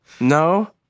No